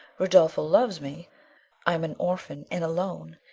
rodolpho loves me i am an orphan and alone,